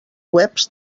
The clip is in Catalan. webs